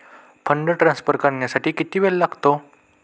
Fund transfer करण्यासाठी किती वेळ लागतो?